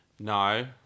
No